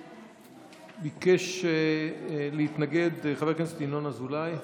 ביקש להתנגד חבר הכנסת ינון אזולאי.